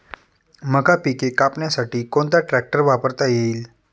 मका पिके कापण्यासाठी कोणता ट्रॅक्टर वापरता येईल?